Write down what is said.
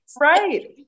right